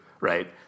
right